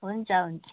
हुन्छ हुन्छ